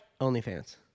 OnlyFans